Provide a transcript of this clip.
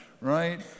right